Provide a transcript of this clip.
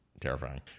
Terrifying